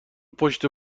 پشت